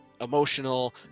emotional